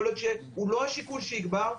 יכול להיות שהוא לא השיקול שיגבר,